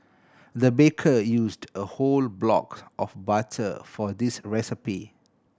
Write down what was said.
the baker used a whole block of butter for this recipe